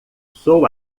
sou